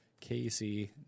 Casey